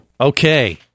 Okay